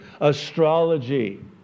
astrology